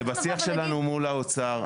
זה בשיח שלנו מול האוצר.